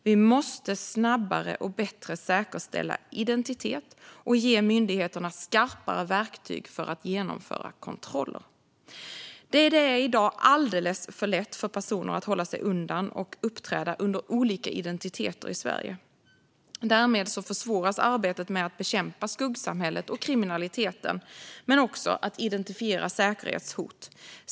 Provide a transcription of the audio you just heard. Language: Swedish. Vi måste snabbare och bättre säkerställa identitet och ge myndigheterna skarpare verktyg för att genomföra kontroller. Det är i dag alldeles för lätt för personer att hålla sig undan eller uppträda under olika identiteter i Sverige. Därmed försvåras arbetet med att bekämpa skuggsamhället och kriminaliteten men också att identifiera säkerhetshot.